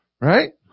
Right